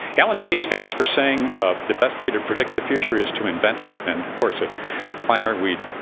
alan kay is famous for saying the best way to predict the future is to invent it. and, of course, at kleiner we,